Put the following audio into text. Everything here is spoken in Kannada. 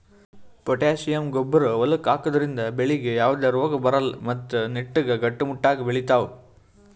ಪೊಟ್ಟ್ಯಾಸಿಯಂ ಗೊಬ್ಬರ್ ಹೊಲಕ್ಕ್ ಹಾಕದ್ರಿಂದ ಬೆಳಿಗ್ ಯಾವದೇ ರೋಗಾ ಬರಲ್ಲ್ ಮತ್ತ್ ನೆಟ್ಟಗ್ ಗಟ್ಟಿಮುಟ್ಟಾಗ್ ಬೆಳಿತಾವ್